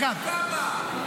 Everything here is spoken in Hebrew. בכמה?